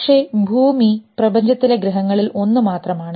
പക്ഷേ ഭൂമി പ്രപഞ്ചത്തിലെ ഗ്രഹങ്ങളിൽ ഒന്ന് മാത്രമാണ്